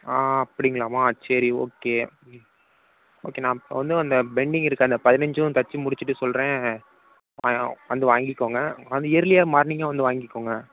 ஆ அப்படிங்களாம்மா சரி ஓகே ம் ஓகே நான் இப்போ வந்து அந்த பெண்டிங் இருக்கு அந்த பதினஞ்சும் தச்சு முடிச்சிவிட்டு சொல்கிறேன் ஆ வந்து வாங்கிக்கோங்க வந்து இயர்லியாக மார்னிங்காக வந்து வாங்கிக்கோங்க